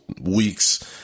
weeks